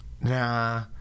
Nah